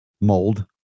Mold